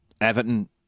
Everton